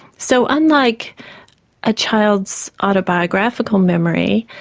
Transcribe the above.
so unlike a child's autobiographical memory,